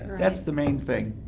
that's the main thing,